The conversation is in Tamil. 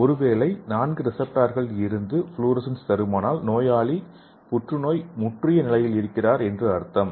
ஒருவேளை நான்கு ரிசெப்டார்களும் இருந்து புளோரசன்ஸ் தருமானால் நோயாளி புற்றுநோய் முற்றிய நிலையில் இருக்கிறார் என்று அர்த்தம்